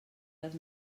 les